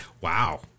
wow